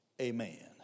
Amen